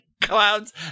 clouds